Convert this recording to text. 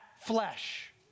flesh